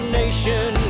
nation